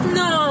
no